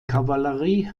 kavallerie